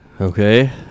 Okay